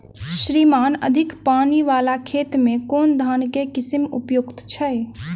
श्रीमान अधिक पानि वला खेत मे केँ धान केँ किसिम उपयुक्त छैय?